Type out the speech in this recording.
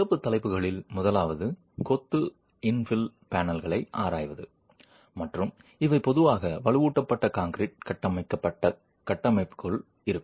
சிறப்பு தலைப்புகளில் முதலாவது கொத்து இன்ஃபில் பேனல்களை ஆராய்வது மற்றும் இவை பொதுவாக வலுவூட்டப்பட்ட கான்கிரீட் கட்டமைக்கப்பட்ட கட்டமைப்புகளுக்குள் இருக்கும்